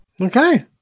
Okay